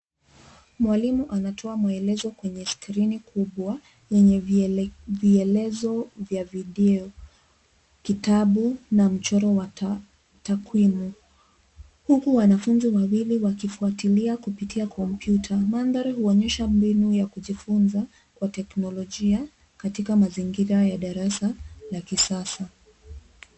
Mwalimu anatoa maelezo kwenye skrini yenye vielezo vya video , kitabu na mchoro wa takwimu, huku wanafunzi wawili wakifuatilia kupitia kompyuta. Mandhari inaonyesha mbinu ya kujifunza kwa teknolojia katika mazingira ya darasa la kisasa.